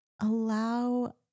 Allow